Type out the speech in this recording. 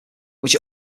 which